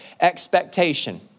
expectation